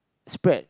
spread